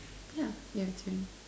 yeah your turn